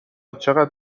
چقد